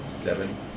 Seven